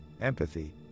empathy